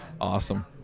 Awesome